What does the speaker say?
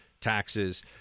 Taxes